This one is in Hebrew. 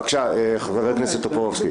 בבקשה, חבר הכנסת טופורובסקי.